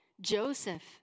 Joseph